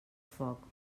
foc